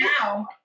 now